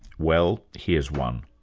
well, here's one.